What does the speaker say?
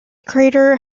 crater